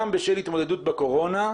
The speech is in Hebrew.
גם בשל התמודדות עם הקורונה,